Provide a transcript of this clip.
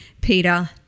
Peter